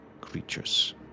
creatures